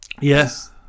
Yes